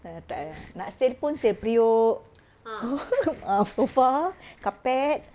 ah tak yah tak yah nak sale pun sale periuk ah sofa carpet